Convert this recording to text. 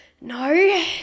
No